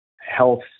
health